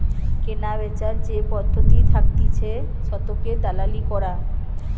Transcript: কেনাবেচার যে পদ্ধতি থাকতিছে শতকের দালালি করা